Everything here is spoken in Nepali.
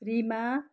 रिमा